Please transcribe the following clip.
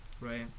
right